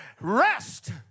Rest